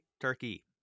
turkey